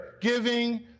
giving